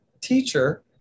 teacher